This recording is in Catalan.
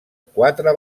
quatre